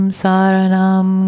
saranam